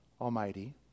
Almighty